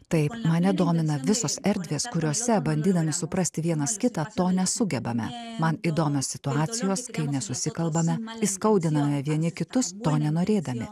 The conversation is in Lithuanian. taip mane domina visos erdvės kuriose bandydami suprasti vienas kitą to nesugebame man įdomios situacijos kai nesusikalbame įskaudiname vieni kitus to nenorėdami